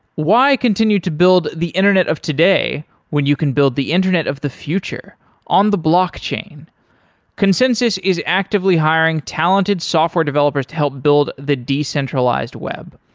why continue to build the internet of today when you can build the internet of the future on the blockchain? consensys is actively hiring talented software developers to help build the decentralized web.